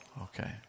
Okay